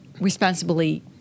responsibly